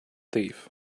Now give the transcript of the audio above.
thief